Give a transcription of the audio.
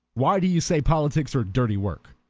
why do you say politics are dirty work?